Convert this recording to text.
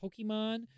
Pokemon